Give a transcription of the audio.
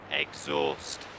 exhaust